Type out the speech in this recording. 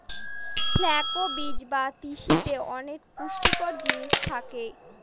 flux বীজ বা তিসিতে অনেক পুষ্টিকর জিনিস থাকে